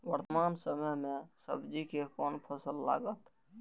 वर्तमान समय में सब्जी के कोन फसल लागत?